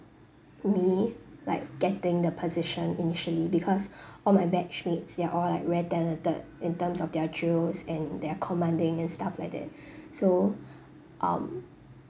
me like getting the position initially because all my batchmates they're all like very talented in terms of their drills and their commanding and stuff like that so um